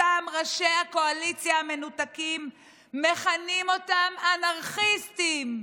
אותם ראשי קואליציה מנותקים מכנים אותם "אנרכיסטים",